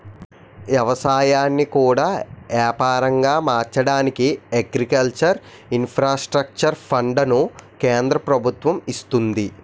ఎవసాయాన్ని కూడా యాపారంగా మార్చడానికి అగ్రికల్చర్ ఇన్ఫ్రాస్ట్రక్చర్ ఫండును కేంద్ర ప్రభుత్వము ఇస్తంది